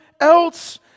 else